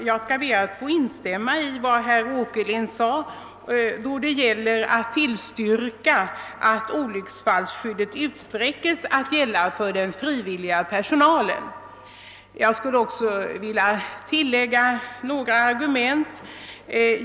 Herr talman! Jag instämmer i vad herr Åkerlind sade om att olycksfallsskyddet bör utsträckas till att gälla även för den frivilliga personalen. Jag skulle också vilja tillägga några argument.